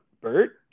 Bert